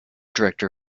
director